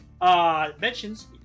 mentions